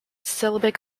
syllabic